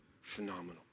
Phenomenal